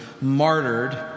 martyred